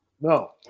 No